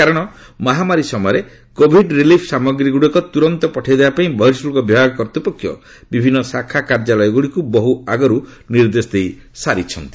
କାରଣ ମହାମାରୀ ସମୟରେ କୋଭିଡ ରିଲିଫ୍ ସାମଗ୍ରୀଗୁଡ଼ିକ ତୁରନ୍ତ ପଠାଇ ଦେବା ପାଇଁ ବହିଃଶୁଳ୍କ ବିଭାଗ କର୍ତ୍ତୃପକ୍ଷ ବିଭିନ୍ନ ଶାଖା କାର୍ଯ୍ୟାଳୟଗୁଡ଼ିକୁ ବହୁ ଆଗରୁ ନିର୍ଦ୍ଦେଶ ଦେଇସାରିଛନ୍ତି